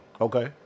Okay